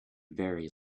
very